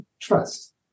trust